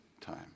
time